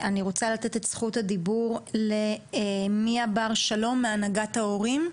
אני רוצה לתת את זכות הדיבור למאיה בר שלום מהנהגת ההורים,